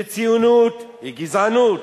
שציונות היא גזענות,